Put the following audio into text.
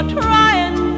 trying